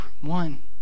one